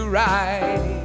right